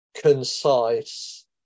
concise